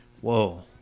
Whoa